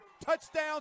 touchdown